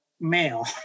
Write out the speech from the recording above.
male